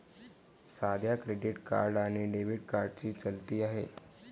सध्या credit card आणि debit कार्डची चलती आहे